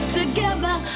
together